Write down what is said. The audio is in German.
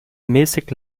mäßig